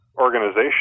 organization